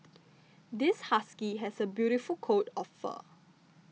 this husky has a beautiful coat of fur